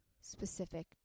specific